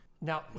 Now